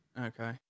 Okay